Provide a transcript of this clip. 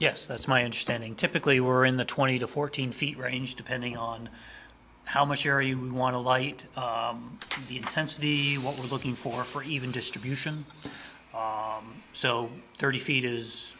yes that's my understanding typically we're in the twenty to fourteen feet range depending on how much you're you don't want to light the intensity what we're looking for for even distribution so thirty feet